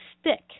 stick